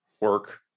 work